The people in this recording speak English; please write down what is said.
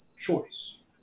choice